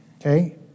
okay